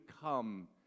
come